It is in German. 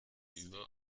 über